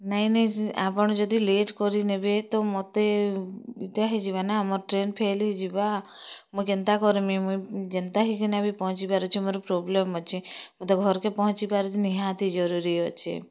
ନାଇଁ ନାଇଁ ଆପଣ୍ ଯଦି ଲେଟ୍ କରିନେବେ ତ ମତେ ହେଇଯିବା ନା ଆମର୍ ଟ୍ରେନ୍ ଫେଲ୍ ହେଇଯିବା ମୁଇଁ କେନ୍ତା କର୍ମି ମୁଇଁ ଯେନ୍ତା ହେଇକିନା ବି ପହଁଞ୍ଚିବାର୍ ଅଛେ ମୋର୍ ପ୍ରୋବ୍ଲେମ୍ ଅଛେ ମତେ ଘର୍କେ ପହଁଞ୍ଚିବାର୍ ନିହାତି ଜରୁରୀ ଅଛେ